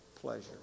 pleasure